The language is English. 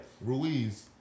Ruiz